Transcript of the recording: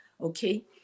Okay